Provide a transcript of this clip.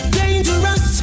dangerous